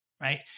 Right